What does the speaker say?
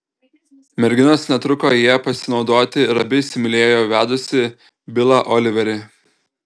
merginos netruko ja pasinaudoti ir abi įsimylėjo vedusį bilą oliverį